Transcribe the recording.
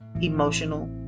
emotional